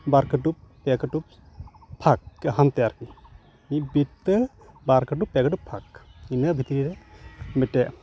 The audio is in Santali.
ᱵᱟᱨ ᱠᱟᱹᱴᱩᱵ ᱯᱮ ᱠᱟᱹᱴᱩᱵ ᱯᱷᱟᱸᱠ ᱦᱟᱱᱛᱮ ᱟᱨᱠᱤ ᱢᱤᱫ ᱵᱤᱛᱟᱹ ᱵᱟᱨ ᱠᱟᱹᱴᱩᱵ ᱯᱮ ᱠᱟᱹᱴᱩᱵ ᱯᱷᱟᱸᱠ ᱤᱱᱟᱹ ᱵᱷᱤᱛᱤᱨ ᱨᱮ ᱢᱤᱫᱴᱮᱱ